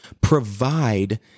provide